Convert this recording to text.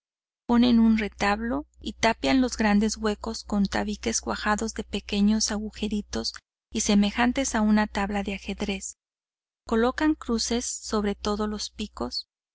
ponen un retablo y tapian los grandes huecos con tabiques cuajados de pequeños agujeritos y semejantes a una tabla de ajedrez colocan cruces sobre todos los picos